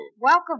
Welcome